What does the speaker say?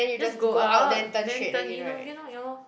just go out then turn in again lor ya lor